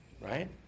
right